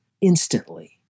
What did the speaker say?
instantly